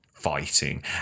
Fighting